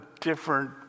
different